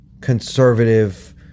conservative